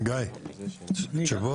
שלום רב,